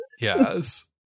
yes